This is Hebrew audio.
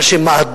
מפני שהם מעדו,